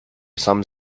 some